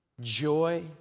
joy